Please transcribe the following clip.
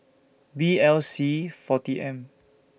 B L C forty M